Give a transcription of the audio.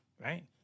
right